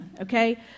okay